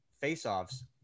face-offs